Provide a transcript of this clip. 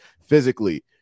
physically